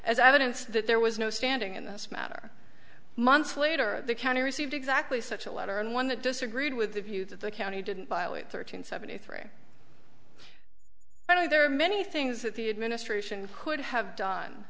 evidence that there was no standing in this matter months later the county received exactly such a letter and one that disagreed with the view that the county didn't violate thirteen seventy three i know there are many things that the administration could have done